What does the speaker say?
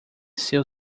seu